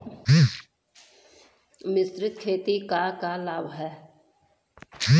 मिश्रित खेती क का लाभ ह?